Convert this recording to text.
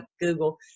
Google